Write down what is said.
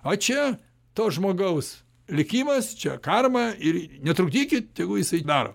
o čia to žmogaus likimas čia karma ir netrukdykit tegu jisai daro